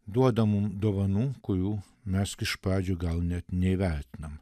duoda mums dovanų kurių mes iš pačio gal net neįvertinam